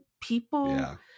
people